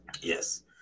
yes